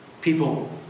People